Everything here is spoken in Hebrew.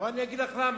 בואי אני אגיד לך למה.